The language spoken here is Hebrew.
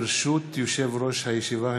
ברשות יושב-ראש הישיבה,